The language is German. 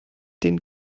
den